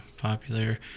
popular